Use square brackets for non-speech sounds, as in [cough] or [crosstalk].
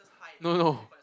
no no [laughs]